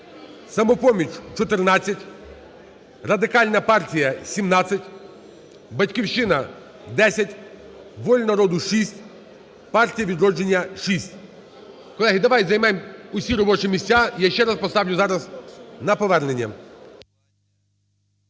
"Самопоміч" - 14, Радикальна партія – 17, "Батьківщина" - 10, "Воля народу" – 6, "Партія "Відродження" – 6. Колеги, давайте займемо всі робочі місця, я ще раз поставлю зараз на повернення.